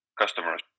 customers